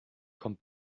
kommt